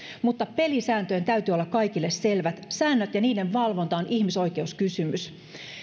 mutta pelisääntöjen täytyy olla kaikille selvät säännöt ja niiden valvonta ovat ihmisoikeuskysymys